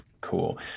Cool